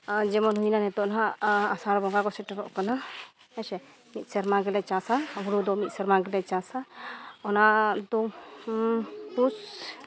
ᱟᱨ ᱡᱮᱢᱚᱱ ᱦᱩᱭᱱᱟ ᱱᱤᱛᱳᱜ ᱱᱟᱦᱟᱸᱜ ᱟᱥᱟᱲ ᱵᱚᱸᱜᱟ ᱠᱚ ᱥᱮᱴᱮᱨᱚᱜ ᱠᱟᱱᱟ ᱦᱮᱸᱥᱮ ᱢᱤᱫ ᱥᱮᱨᱢᱟ ᱜᱮᱞᱮ ᱪᱟᱥᱟ ᱦᱩᱲᱩ ᱫᱚ ᱢᱤᱫ ᱥᱮᱨᱢᱟ ᱜᱮᱞᱮ ᱪᱟᱥᱟ ᱚᱱᱟ ᱫᱚ ᱯᱩᱥ